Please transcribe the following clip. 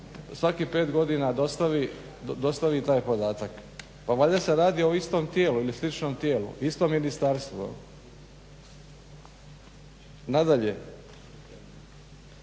svakih pet godina dostavi taj podatak. Pa valjda se radi o istom tijelu ili sličnom tijelu, istom ministarstvu. Nadalje,